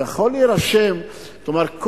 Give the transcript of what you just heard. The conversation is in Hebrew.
זאת אומרת,